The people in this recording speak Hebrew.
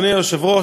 אדוני היושב-ראש,